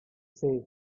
say